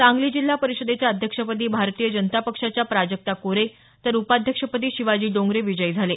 सांगली जिल्हा परिषदेच्या अध्यक्षपदी भारतीय जनता पक्षाच्या प्राजक्ता कोरे तर उपाध्यक्षपदी शिवाजी डोंगरे विजयी झाले